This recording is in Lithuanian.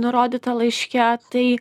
nurodytą laiške tai